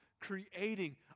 creating